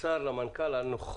אני מודה לשר, למנכ"ל על נוכחותם,